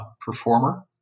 performer